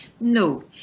No